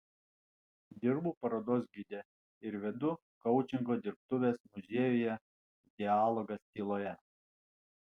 dirbu parodos gide ir vedu koučingo dirbtuves muziejuje dialogas tyloje